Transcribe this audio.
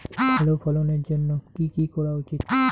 ভালো ফলনের জন্য কি কি করা উচিৎ?